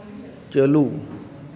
ᱪᱟᱹᱞᱩ